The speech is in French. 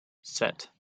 sept